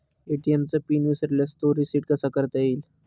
ATM चा PIN विसरल्यास तो रिसेट कसा करता येईल?